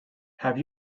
have